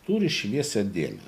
turi šviesią dėmę